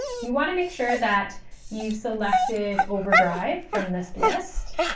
you want to make sure that you've selected overdrive from this list